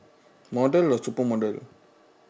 model or supermodel